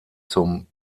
zum